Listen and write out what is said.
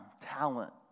talent